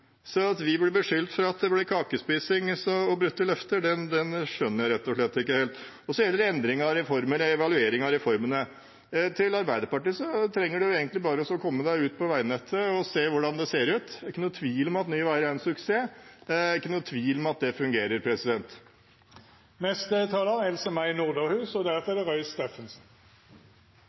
At vi blir beskyldt for kakespising og brutte løfter, skjønner jeg rett og slett ikke helt. Så gjelder det evaluering av reformene. Til Arbeiderpartiet vil jeg si at man trenger egentlig bare å komme seg ut på veinettet og se hvordan det ser ut. Det er ikke noen tvil om at Nye Veier er en suksess. Det er ikke noen tvil om at det fungerer. Det viktigste i denne saken er å ha transportårer som er trygge, døgnåpne, forutsigbare og